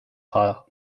tyre